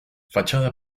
fachada